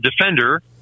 defender